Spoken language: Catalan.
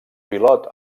pilot